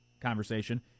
conversation